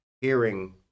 hearing